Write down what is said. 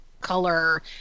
color